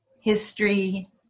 history